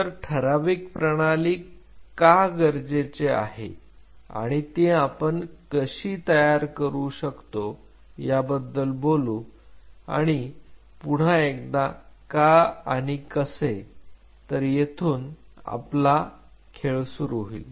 तर ठरावीक प्रणाली का गरजेचे आहे आणि ती आपण कशी तयार करू शकतो याबद्दल बोलू आणि पुन्हा एकदा का आणि कसे तर येथून आपला चेंडू खेळ सुरु होईल